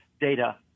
data